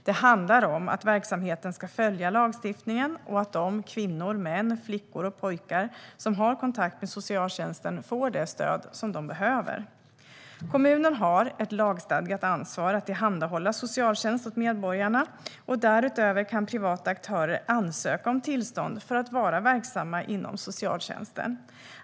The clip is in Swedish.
Det handlar om att verksamheten ska följa lagstiftningen och att de kvinnor, män, flickor och pojkar som har kontakt med socialtjänsten får det stöd de behöver. Kommunen har ett lagstadgat ansvar att tillhandahålla socialtjänst åt medborgarna. Därutöver kan privata aktörer ansöka om tillstånd för att vara verksamma inom socialtjänsten.